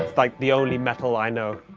like the only metal i know